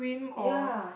ya